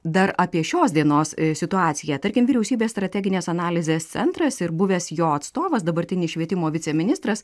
dar apie šios dienos situaciją tarkim vyriausybės strateginės analizės centras ir buvęs jo atstovas dabartinis švietimo viceministras